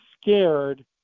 scared